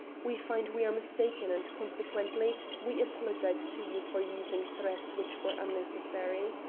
we find we are mistaken, and consequently we apologise to you for using threats which were unnecessary.